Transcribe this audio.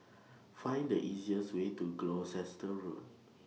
Find The easiest Way to Gloucester Road